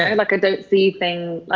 i like don't see things.